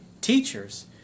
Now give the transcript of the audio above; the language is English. teachers